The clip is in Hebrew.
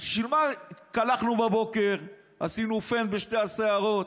אז בשביל מה התקלחנו בבוקר, עשינו פן בשתי השערות,